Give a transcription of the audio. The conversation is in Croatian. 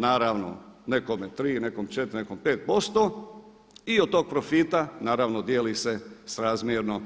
Naravno, nekome tri, nekom četiri, nekom 5% i od tog profita naravno dijeli se srazmjerno